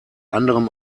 anderem